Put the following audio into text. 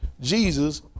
Jesus